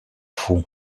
fous